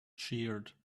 cheered